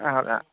ആ ആ